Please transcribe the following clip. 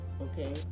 okay